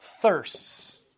thirsts